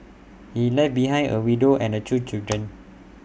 he left behind A widow and the two children